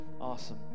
Awesome